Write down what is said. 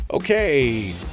Okay